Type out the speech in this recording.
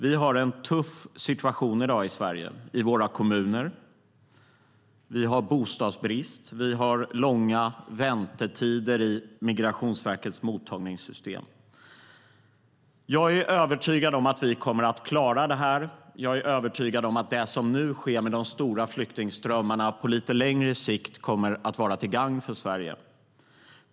Vi har en tuff situation i dag i Sverige i våra kommuner. Vi har bostadsbrist, och vi har långa väntetider i Migrationsverkets mottagningssystem. Jag är övertygad om att vi kommer att klara det här. Jag är övertygad om att det som nu sker med de stora flyktingströmmarna på lite längre sikt kommer att vara till gagn för Sverige.